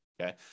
Okay